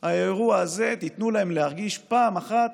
האירוע הזה תיתנו להם להרגיש פעם אחת